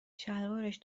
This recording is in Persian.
شلوارش